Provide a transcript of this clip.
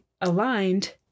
aligned